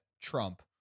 Trump